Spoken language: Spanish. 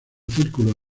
círculo